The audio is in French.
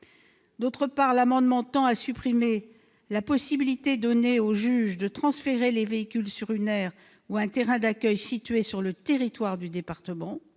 Le présent amendement vise à supprimer également la possibilité donnée au juge de transférer les véhicules sur une aire ou un terrain d'accueil situé sur le territoire du département.